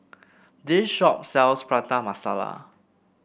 this shop sells Prata Masala